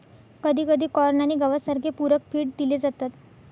कधीकधी कॉर्न आणि गवत सारखे पूरक फीड दिले जातात